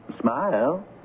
smile